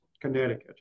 connecticut